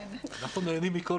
משהו.